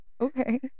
Okay